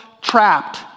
trapped